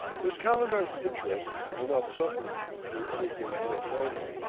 miss calendar's interests will not suffer through anything you may tell me.